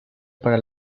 para